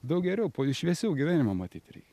daug geriau šviesiau gyvenimą matyti reikia